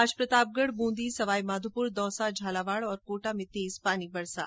आज प्रतापगढ ब्रंदी सवाईमाधोपुर दौसा झालावाड और कोटा में तेज पानी बरसा